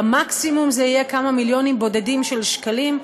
במקסימום זה יהיה כמה מיליונים בודדים של שקלים,